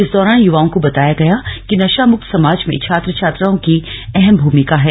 इस दौरान युवाओं को बताया गया कि नशा मुक्त समाज में छात्र छात्राओं की अहम भूमिका है